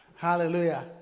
Hallelujah